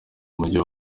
umujyi